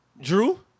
Drew